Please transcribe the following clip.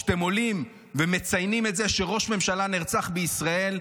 כשאתם עולים ומציינים את זה שראש ממשלה נרצח בישראל.